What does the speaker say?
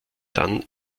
dann